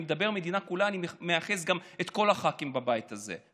כשאני אומר "המדינה כולה" אני מתייחס גם לכל הח"כים בבית הזה,